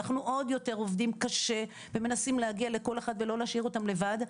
אנחנו עוד יותר עובדים קשה ומנסים להגיע לכל אחד ולא להשאיר אותם לבד,